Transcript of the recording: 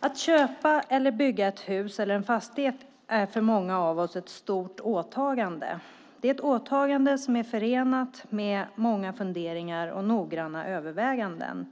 Att köpa eller bygga ett hus eller en fastighet är för många av oss ett stort åtagande. Det är ett åtagande som är förenat med många funderingar och noggranna överväganden.